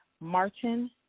martin